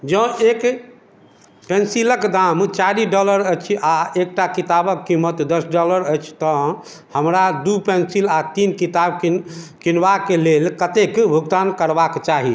जँ एक पेंसिलक दाम चारि डॉलर अछि आ एकटा किताबक कीमत दस डॉलर अछि तँ हमरा दू पेंसिल आ तीन किताब किनबाक लेल कतेक भुगतान करबाक चाही